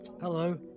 Hello